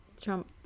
Trump